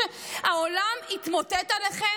כשהעולם התמוטט עליכם,